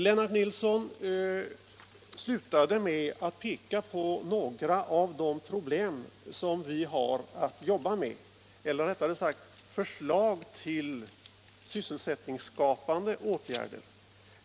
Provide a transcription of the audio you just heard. Lennart Nilsson slutade med att peka på några av de förslag till sysselsättningsskapande åtgärder som vi har att jobba med.